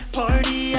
party